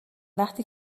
وقتی